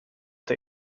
der